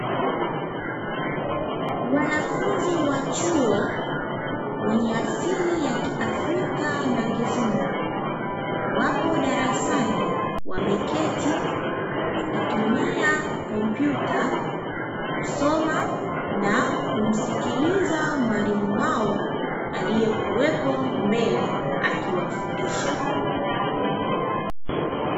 Wanafunzi wa chuo wenye asili ya kiafrika na kizungu wapo darasani, wameketi wakitumia kompyuta kusoma na kumsikiliza mwalimu wao aliyekuwepo mbele akiwafundisha.